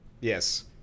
Yes